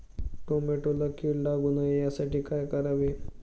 टोमॅटोला कीड लागू नये यासाठी काय करावे?